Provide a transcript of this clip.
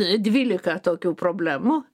dvylika tokių problemų